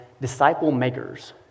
disciple-makers